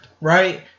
right